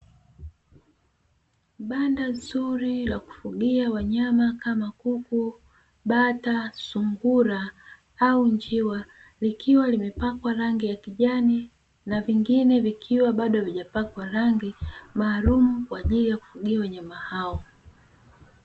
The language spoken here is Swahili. Banda zuri la kufugia wanyama kama kuku, bata, sungura au njiwa likiwa limepakwa rangi ya kijani na vingine vikiwa havijapakwa rangi, maalumu kwa ajili ya kufugia wanyama hao.